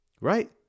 right